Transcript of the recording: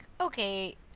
okay